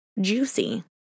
juicy